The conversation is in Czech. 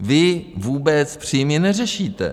Vy vůbec příjmy neřešíte.